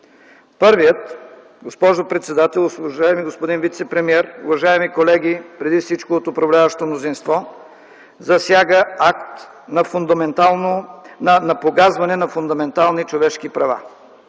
Първият, госпожо председател, уважаеми господин вицепремиер, уважаеми колеги преди всичко от управляващото мнозинство, засяга акт на погазване на фундаментални човешки права